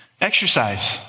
Exercise